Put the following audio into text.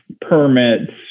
permits